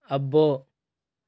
అబ్బో